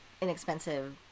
inexpensive